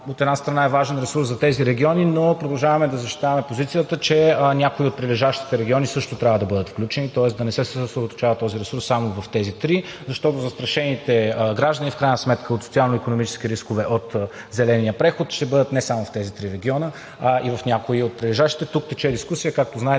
от една страна, е важен ресурс за тези региони, но продължаваме да защитаваме позицията, че някои от прилежащите региони също трябва да бъдат включени. Тоест да не се съсредоточава този ресурс само в тези три, защото застрашените граждани от социално-икономически рискове от зеления преход в крайна сметка ще бъдат не само в тези три региона, а и в някои от прилежащите. Тук тече дискусия. Както знаете,